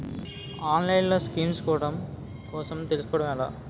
ఆన్లైన్లో స్కీమ్స్ కోసం తెలుసుకోవడం ఎలా?